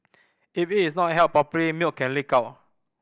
if it is not held properly milk can leak out